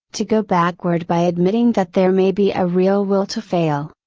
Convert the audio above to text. to go backward by admitting that there may be a real will to fail,